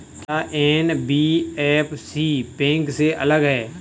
क्या NBFC bank से अलग है?